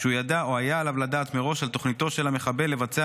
שהוא ידע או היה עליו לדעת מראש על תוכניתו של המחבל לבצע